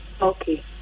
Okay